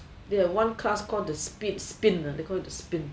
the one class called the speed spin ah they call it the spin